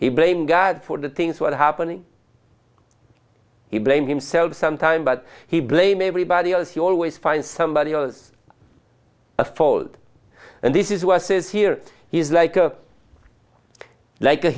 he blame god for the things were happening he blamed himself sometimes but he blame everybody else you always find somebody else a fault and this is why says here he is like a like a